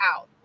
out